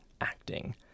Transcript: acting